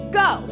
go